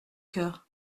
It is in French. coeur